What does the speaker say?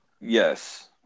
Yes